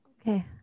Okay